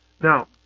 Now